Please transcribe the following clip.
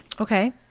Okay